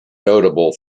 notable